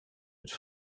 het